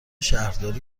شهرداری